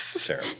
Sarah